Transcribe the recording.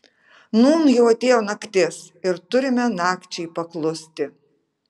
nūn jau atėjo naktis ir turime nakčiai paklusti